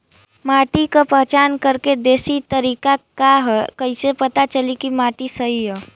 माटी क पहचान करके देशी तरीका का ह कईसे पता चली कि माटी सही ह?